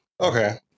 Okay